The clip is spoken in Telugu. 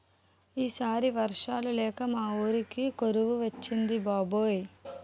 ఈ సారి వర్షాలు లేక మా వూరికి కరువు వచ్చింది బాబాయ్